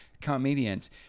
comedians